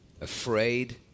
afraid